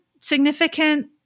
significant